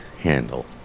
handle